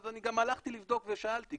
גם הלכתי לבדוק ושאלתי,